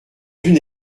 une